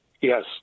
Yes